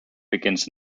begins